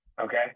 okay